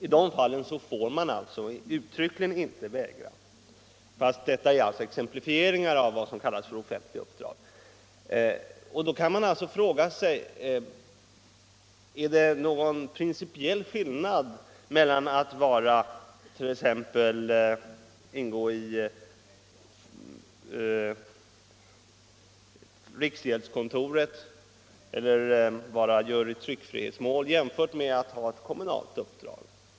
I de fallen får man uttryckligen inte vägra ledighet; detta är alltså exempel på vad som kallas offentliga uppdrag. Man kan då fråga om det är någon principiell skillnad mellan att å ena sidan t.ex. ingå i riksgäldsfullmäktige eller vara ledamot av jury i tryckfrihetsmål, å andra sidan att ha ett kommunalt uppdrag.